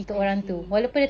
I see